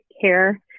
care